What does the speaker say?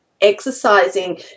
exercising